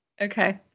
Okay